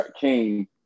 came